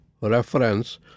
reference